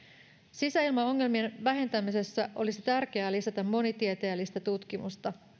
sisäilmaongelmien vähentämisessä olisi tärkeää lisätä monitieteellistä tutkimusta